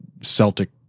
Celtic